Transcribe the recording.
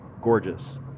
gorgeous